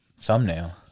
thumbnail